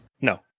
No